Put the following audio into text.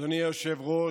אדוני היושב-ראש,